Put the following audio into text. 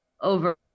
over